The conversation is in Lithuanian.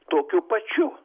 tokiu pačiu